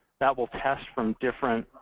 that will test from different